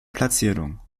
platzierung